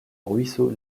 ruisseau